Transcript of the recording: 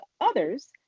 others